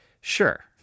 Sure